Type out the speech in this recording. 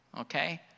Okay